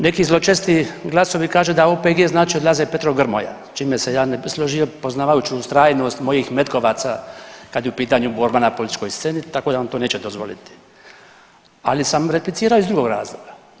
Neki zločesti glasovi kažu da OPG znači odlaze Petrov-Grmoja čime se ja ne bi složio poznavajući ustrajnost mojih Metkovaca kada je u pitanju borba na političkoj sceni tako da vam to neće dozvoliti, ali sam replicirao iz drugog razloga.